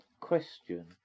question